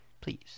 please